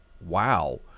wow